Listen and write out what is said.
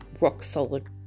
rock-solid